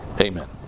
Amen